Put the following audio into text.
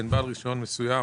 בין בעל רישיון מסוים